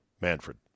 Manfred